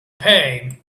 pay